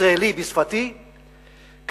ישראלי בשפתי,